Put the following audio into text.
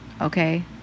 okay